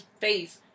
face